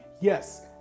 Yes